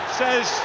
says